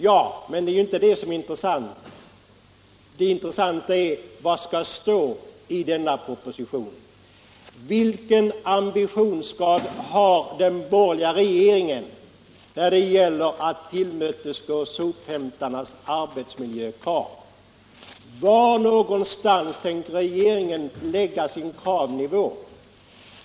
Ja, men det är inte det som är intressant; det intressanta är vad som skall stå i denna proposition. Vilken ambitionsgrad har den borgerliga regeringen när det gäller att tillmötesgå sophämtarnas arbetsmiljökrav? Var tänker regeringen lägga sin kravnivå?